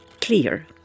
clear